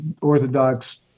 Orthodox